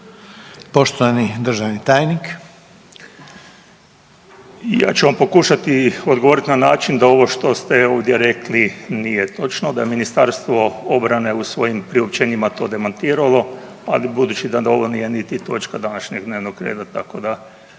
Poštovani državni tajnik. **Jakop, Zdravko** Ja ću vam pokušati odgovoriti na način da ovo što ste ovdje rekli nije točno, da je Ministarstvo obrane u svojim priopćenjima to demantiralo. Ali budući da ovo nije niti točka današnjeg dnevnog reda, tako da